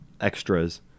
extras